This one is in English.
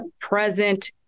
present